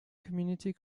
community